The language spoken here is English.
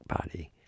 body